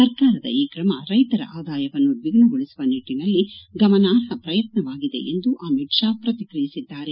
ಸರ್ಕಾರದ ಈ ಕ್ರಮ ರೈತರ ಆದಾಯವನ್ನು ದ್ವಿಗುಣಗೊಳಿಸುವ ನಿಟ್ಟನಲ್ಲಿ ಗಮನಾರ್ಹ ಪ್ರಯತ್ನವಾಗದೆ ಎಂದು ಅಮಿತ್ ಶಾ ಪ್ರಕಿಕ್ರಿಯಿಸಿದ್ದಾರೆ